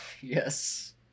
Yes